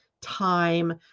time